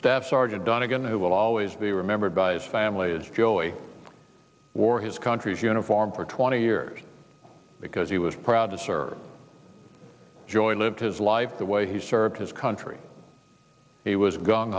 staff sergeant donnegan who will always be remembered by his family as joey wore his country's uniform for twenty years because he was proud to serve joy lived his life the way he served his country he was gung